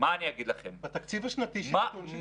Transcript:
להיות --- של חברות כוח-האדם.